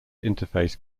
interface